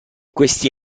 questi